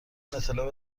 اطلاع